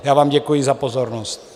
Já vám děkuji za pozornost.